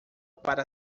para